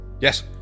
Yes